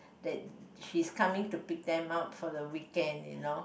that she's coming to pick them up for the weekend you know